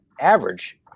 average